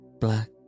black